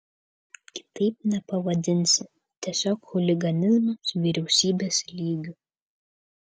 kitaip nepavadinsi tiesiog chuliganizmas vyriausybės lygiu